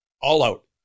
all-out